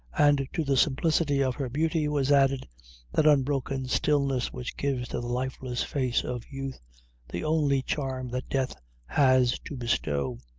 and to the simplicity of her beauty was added that unbroken stillness which gives to the lifeless face of youth the only charm that death has to bestow,